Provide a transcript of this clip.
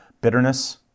bitterness